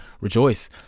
rejoice